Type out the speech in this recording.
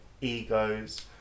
egos